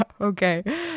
okay